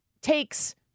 takes